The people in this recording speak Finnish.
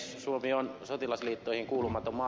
suomi on sotilasliittoihin kuulumaton maa